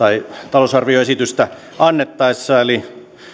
talousarvioesitystä annettaessa eli